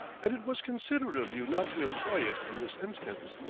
and it was considerate of you not to employ it in this instance.